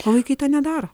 o vaikai to nedaro